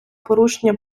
порушення